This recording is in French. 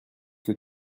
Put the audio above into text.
que